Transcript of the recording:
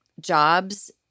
jobs